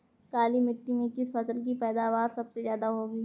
काली मिट्टी में किस फसल की पैदावार सबसे ज्यादा होगी?